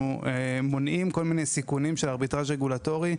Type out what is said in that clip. אנחנו מונעים כל מיני סיכונים של ארביטראז' רגולטורי,